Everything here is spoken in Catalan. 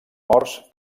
morts